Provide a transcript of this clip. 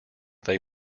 they